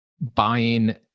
buying